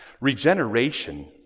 Regeneration